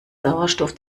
sauerstoff